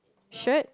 shirt